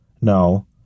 No